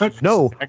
No